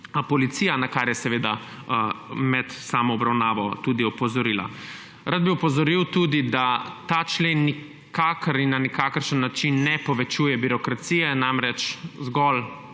policija, na kar je seveda med samo obravnavo tudi opozorila. Rad bi opozoril tudi, da ta člen nikakor in na nikakršen način ne povečuje birokracije, namreč zgolj